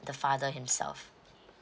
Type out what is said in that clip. the father himself